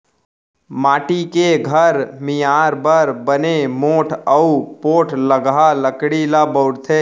माटी के घर मियार बर बने मोठ अउ पोठलगहा लकड़ी ल बउरथे